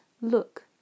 look